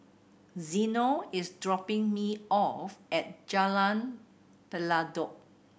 Zeno is dropping me off at Jalan Pelatok